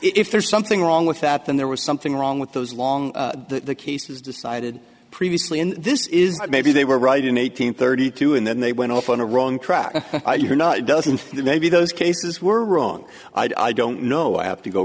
if there's something wrong with that then there was something wrong with those long cases decided previously and this is maybe they were right in eight hundred thirty two and then they went off on a wrong track and you're not it doesn't feel maybe those cases were wrong i don't know i have to go